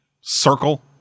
circle